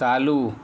चालू